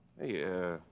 Hey